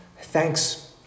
thanks